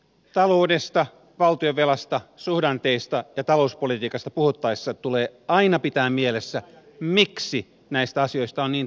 taloudesta valtionvelasta suhdanteista ja talouspolitiikasta puhuttaessa tulee aina pitää mielessä miksi näistä asioista on niin tärkeää puhua